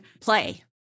play